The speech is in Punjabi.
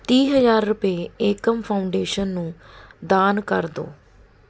ਤੀਹ ਹਜ਼ਾਰ ਰੁਪਏ ਏਕਮ ਫਾਊਂਡੇਸ਼ਨ ਨੂੰ ਦਾਨ ਕਰ ਦਿਉ